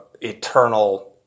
eternal